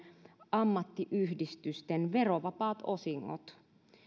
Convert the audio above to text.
ammattiyhdistysten verovapaat osingot